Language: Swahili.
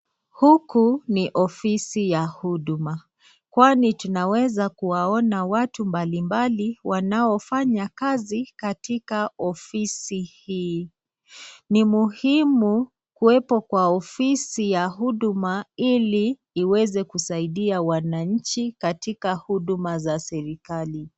Huku ni ofisi ya huduma kwani tunaweza kuwaona watu mbalimbali wanaofanya kazi katika ofisi hii, ni muhimu kuwepo kwa ofisi ya huduma hili iweze kusaidia wananchi katika huduma za serekali.